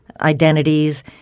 identities